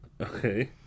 Okay